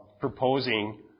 proposing